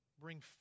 bring